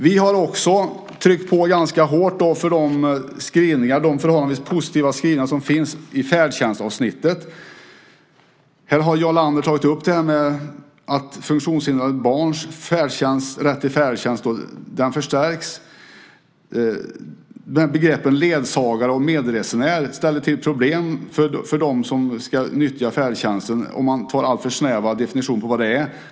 Vi har också tryckt på ganska hårt för de förhållandevis positiva skrivningar som finns i färdtjänstavsnittet. Jarl Lander har här tagit upp detta med att funktionshindrade barns rätt till färdtjänst förstärks. Begreppen "ledsagare" och "medresenär" ställer bland annat till problem för dem som ska utnyttja färdtjänsten om man har alltför snäva definitioner av vad det är.